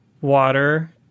water